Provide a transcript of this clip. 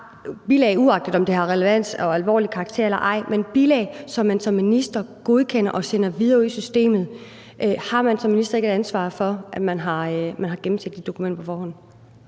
bilag, uagtet de har relevans og alvorlig karakter eller ej, som man som minister godkender og sender videre ud i systemet? Har man som minister ikke et ansvar for, at man har gennemset de dokumenter på forhånd?